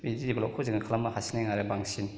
बे डेभेलपखौ जों खालामनो हासिनाय नङा आरो बांसिन